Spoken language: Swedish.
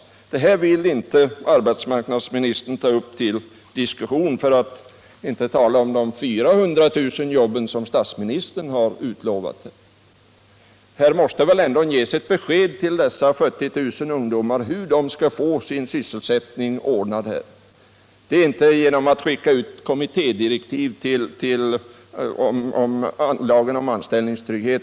Det här vill inte arbetsmarknadsministern ta upp till diskussion — för att inte tala om de 400 000 jobben som statsministern har utlovat. Här måste väl ändå ges ett besked till dessa 70 000 ungdomar om hur de skall få sin sysselsättning ordnad. Det gör man inte genom att skicka ut kommittédirektiv till utredningen om lagen om anställningsskydd.